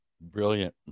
Brilliant